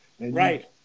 Right